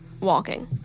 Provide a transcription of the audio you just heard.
walking